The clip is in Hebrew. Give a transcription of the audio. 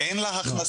אין לה הכנסה.